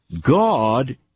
God